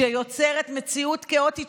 שיוצר מציאות כאוטית,